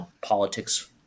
politics